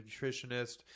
nutritionist